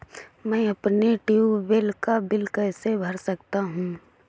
मैं अपने ट्यूबवेल का बिल कैसे भर सकता हूँ?